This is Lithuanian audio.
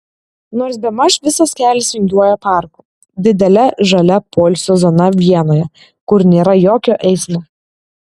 nors bemaž visas kelias vingiuoja parku didele žalia poilsio zona vienoje kur nėra jokio eismo